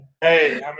Hey